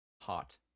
hot